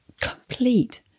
complete